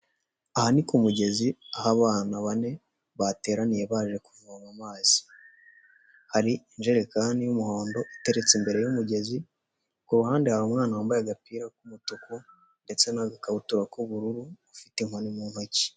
Aha ni ku mugezi aho abana bane bateraniye baje kuvoma amazi, hari injerekani y'umuhondo iteretse imbere y'umugezi, ku ruhande hari umwana wambaye agapira k'umutuku ndetse n'agakabutura k'ubururu ufite inkoni mu ntoki.